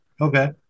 okay